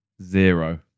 Zero